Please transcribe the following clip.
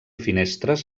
finestres